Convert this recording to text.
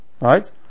Right